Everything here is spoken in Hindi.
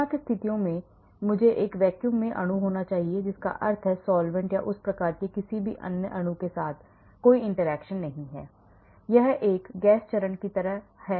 सीमा की स्थितियों में मुझे एक वैक्यूम में अणु होना चाहिए जिसका अर्थ है कि सॉल्वैंट्स या उस प्रकार के किसी भी अन्य अणु के साथ कोई interaction नहीं है यह एक गैस चरण की तरह अधिक है